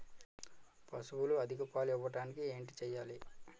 పశువులు అధిక పాలు ఇవ్వడానికి ఏంటి చేయాలి